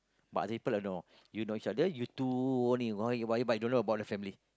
but other people don't know you know each other you two only uh but but you don't know about the family